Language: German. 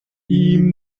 ihm